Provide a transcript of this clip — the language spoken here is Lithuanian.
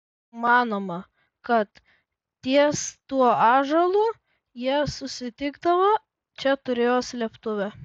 manoma kad ties tuo ąžuolu jie susitikdavo čia turėjo slėptuvę